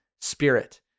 spirit